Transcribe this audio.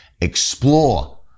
explore